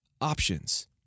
options